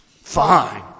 Fine